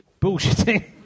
Bullshitting